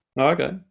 Okay